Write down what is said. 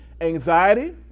Anxiety